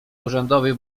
urzędowej